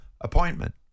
appointment